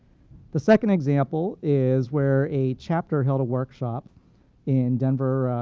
the second example is where a chapter held a workshop in denver,